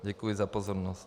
Děkuji za pozornost.